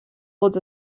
holds